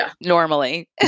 normally